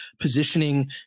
positioning